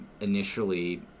initially